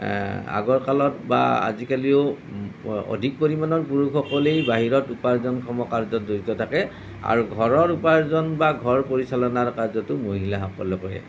আগৰ কালত বা আজিকালিও অধিক পৰিমাণৰ পুৰুষসকলেই বাহিৰত উপাৰ্জনক্ষম কাৰ্যত জড়িত থাকে আৰু ঘৰৰ উপাৰ্জন বা ঘৰ পৰিচালনাৰ কাৰ্যটো মহিলাসকলে কৰে